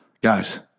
Guys